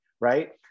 right